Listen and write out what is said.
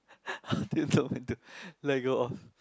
how do know when to let go of